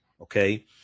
okay